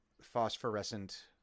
phosphorescent